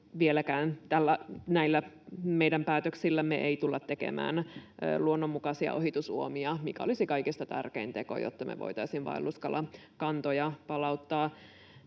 meidän päätöksillämme tulla tekemään luonnonmukaisia ohitusuomia, mikä olisi kaikista tärkein teko, jotta me voitaisiin vaelluskalakantoja palauttaa.